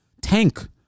tank